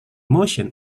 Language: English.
motion